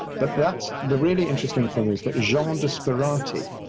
but that's the really interesting thing is that jean de sperati,